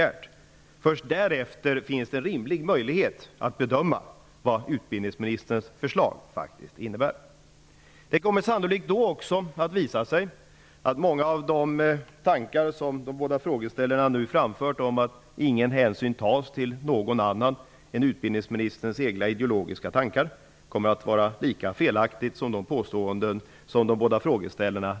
Först därefter finns det en rimlig möjlighet att bedöma vad utbildningsministerns förslag faktiskt innebär. Då kommer det sannolikt också att visa sig att många av de tankar som de båda frågeställarna nu framfört om att ingen hänsyn tas till något annat än utbildningsministerns egna ideologiska tankar är felaktiga. Herr talman!